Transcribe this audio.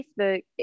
Facebook